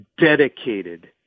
dedicated